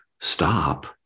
stop